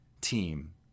team